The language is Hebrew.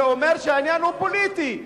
זה אומר שהעניין הוא פוליטי.